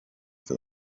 for